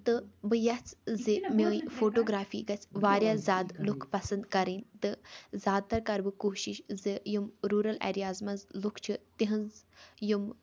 تہٕ بہٕ یَژھ زِ میٛٲنۍ فوٹوگرٛافی گژھِ واریاہ زیادٕ لُکھ پَسنٛد کَرٕنۍ تہٕ زیادٕ تَر کَرٕ بہٕ کوٗشِش زِ یِم روٗرَل ایریاز منٛز لُکھ چھِ تِہٕنٛز یِم